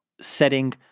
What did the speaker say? setting